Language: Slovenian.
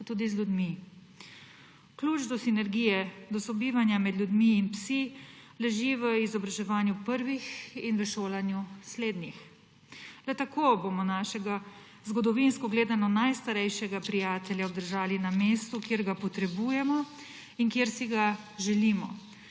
pa tudi z ljudmi. Ključ do sinergije, do sobivanja med ljudmi in psi leži v izobraževanju prvih in v šolanju zadnjih. Le tako bomo našega zgodovinsko gledano najstarejšega prijatelja obdržali na mestu, kjer ga potrebujemo in kjer si ga želimo,